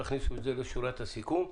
תכניסו את זה לשורת הסיכום: